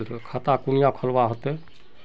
खाता कुनियाँ खोलवा होते?